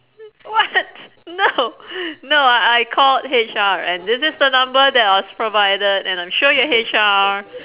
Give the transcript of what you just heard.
what no no I I called H_R and this is the number that I was provided and I'm sure you're H_R